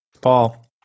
paul